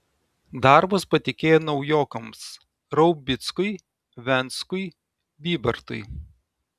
darbus patikėjo naujokams raubickui venckui bybartui